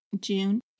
June